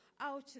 out